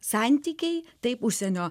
santykiai taip užsienio